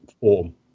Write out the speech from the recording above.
form